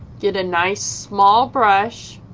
get a nice small brush,